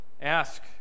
ask